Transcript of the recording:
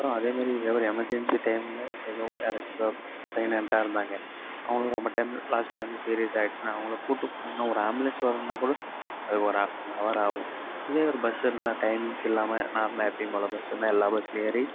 அப்புறம் அதேமாதிரி every emergency டைமில் ஏதோ யாராச்சும் ப்ரெகனென்ட்டா இருந்தாங்க அவங்களும் ரொம்ப டைமில் லாஸ்ட்டாக வந்து சீரியஸாக ஆகிடுச்சுனா அவங்கள கூட்டுப்போகணும்னா ஒரு ஆம்புலன்ஸ் வர்றதுனாக்கூட அது ஒரு ஹாஃப் அன் ஹவர் ஆகும் இதே ஒரு பஸ் இருந்தால் டைமிங்ஸ் இல்லாமல் நார்மலாக எப்பயும் போல் பஸ் இருந்தால் எல்லா பஸ்ஸில் ஏறி